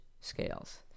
scales